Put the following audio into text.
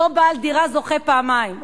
אותו בעל דירה זוכה פעמיים.